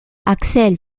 axel